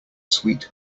sweet